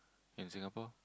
in Singapore